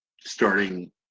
starting